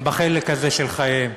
בחלק הזה של חייהם?